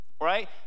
right